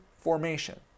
formation